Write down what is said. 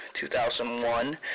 2001